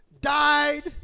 died